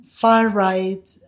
far-right